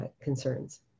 concerns